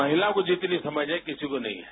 महिला को जितनी समझ है किसी को नहीं है